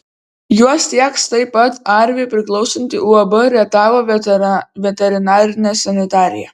juos tieks taip pat arvi priklausanti uab rietavo veterinarinė sanitarija